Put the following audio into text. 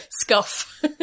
Scuff